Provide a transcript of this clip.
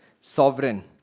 sovereign